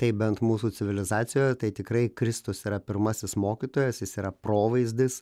taip bent mūsų civilizacijoje tai tikrai kristus yra pirmasis mokytojas jis yra provaizdis